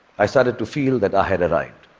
i started to feel that i had arrived,